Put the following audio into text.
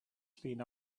llun